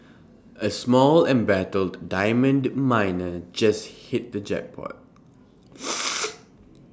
A small embattled diamond miner just hit the jackpot